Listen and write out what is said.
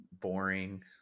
boring